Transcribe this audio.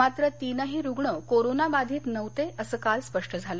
मात्र तीनही रुग्ण कोरोनाबाधित नव्हते असं काल स्पष्ट झालं